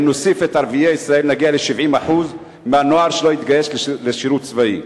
אם נוסיף את ערביי ישראל נגיע ל-70% מהנוער שלא יתגייס לשירות צבאי.